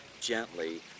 gently